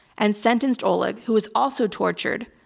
and sentenced oleg, who was also tortured,